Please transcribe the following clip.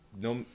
No